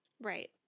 Right